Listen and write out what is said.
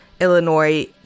Illinois